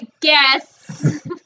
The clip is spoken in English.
guess